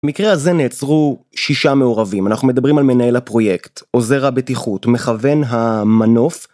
מקרה הזה נעצרו שישה מעורבים. אנחנו מדברים על מנהל הפרויקט, עוזר הבטיחות, מכוון המנוף.